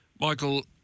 Michael